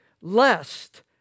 lest